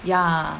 ya